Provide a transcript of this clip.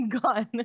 gone